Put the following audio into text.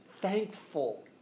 thankful